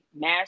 mass